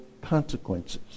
consequences